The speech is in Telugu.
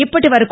ఇప్పటివరకు